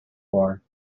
for